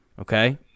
okay